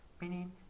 Meaning